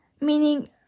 Meaning